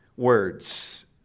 words